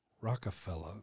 Rockefeller